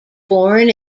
born